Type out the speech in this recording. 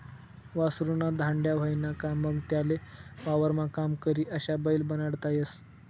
वासरु ना धांड्या व्हयना का मंग त्याले वावरमा काम करी अशा बैल बनाडता येस